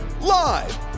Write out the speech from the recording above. Live